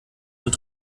und